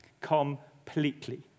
completely